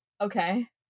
Okay